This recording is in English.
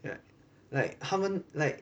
like like 他们 like